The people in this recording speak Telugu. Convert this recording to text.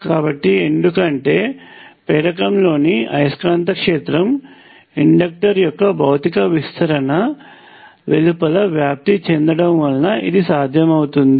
కాబట్టి ఎందుకంటే ప్రేరకంలోని అయస్కాంత క్షేత్రం ఇండక్టర్ యొక్క భౌతిక విస్తరణ వెలుపల వ్యాప్తి చెందటం వలన ఇది సాధ్యమవుతుంది